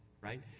right